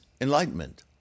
enlightenment